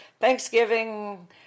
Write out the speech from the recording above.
Thanksgiving